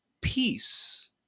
Peace